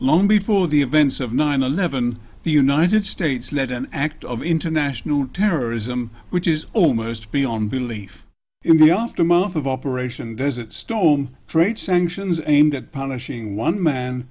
long before the events of nine eleven the united states led an act of international terrorism which is almost beyond belief in the aftermath of operation desert storm trade sanctions aimed at punishing one man